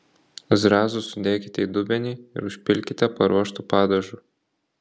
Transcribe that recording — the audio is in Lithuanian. zrazus sudėkite į dubenį ir užpilkite paruoštu padažu